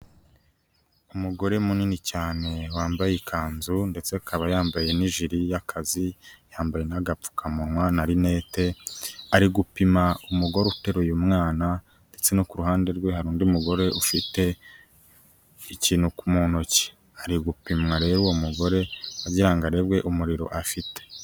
Umugore munini cyane wambaye ikanzu ndetse akaba yambaye n'ijiri y'akazi, yambaye n'agapfukamunwa na rinete, ari gupima umugore uteruye mwana ndetse no ku ruhande rwe hari undi mugore ufite ikintu mu ntoki, ari gupimwa rero uwo umugore kugira ngo harebwe umuriro afite.